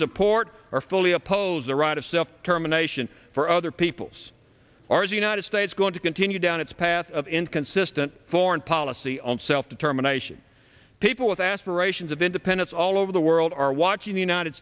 support or fully oppose a right of self determination for other peoples or as a united states going to continue down its path of inconsistent foreign policy on self determination people with aspirations of independence all over the world are watching the united